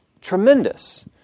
tremendous